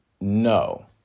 No